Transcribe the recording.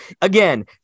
again